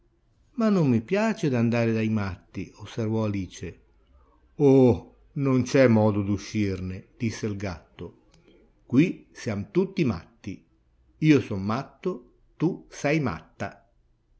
ma non mi piace d'andare dai matti osservò alice oh non c'è modo d'uscirne disse il gatto quì siam tutti matti io son matto tu sei matta